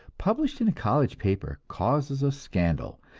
published in a college paper, causes a scandal,